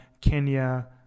Kenya